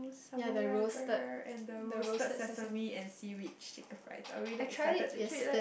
samurai burger and the roasted sesame and seaweed shaker fries I'm really excited to try that